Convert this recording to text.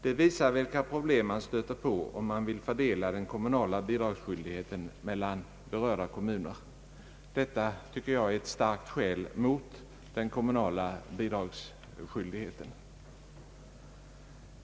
Det visar vilka problem man stöter på, om man vill fördela den kommunala bidragsskyldigheten mellan berörda kommuner. Detta är ett starkt skäl mot den kommunala bidragsskyldigheten.